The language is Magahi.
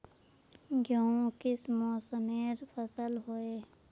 गेहूँ किस मौसमेर फसल होय?